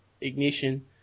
Ignition